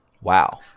wow